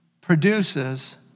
produces